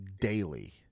daily